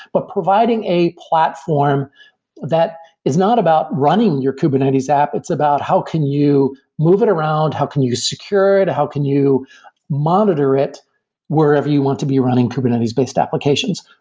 but providing a platform that is not about running your kubernetes app. it's about how can you move it around. how can you secure it? how can you monitor it wherever you want to be running kubernetes-based applications?